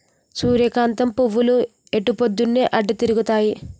సూర్యకాంతం పువ్వులు ఎటుపోద్దున్తీ అటే తిరుగుతాయి